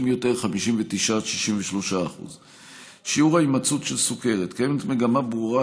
יותר (59% 63%). שיעור ההימצאות של סוכרת: קיימת מגמה ברורה